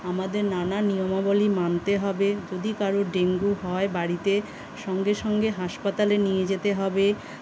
আমাদের নানান নিয়মাবলী মানতে হবে যদি কারুর ডেঙ্গু হয় বাড়িতে সঙ্গে সঙ্গে হাসপাতালে নিয়ে যেতে হবে